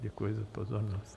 Děkuji za pozornost.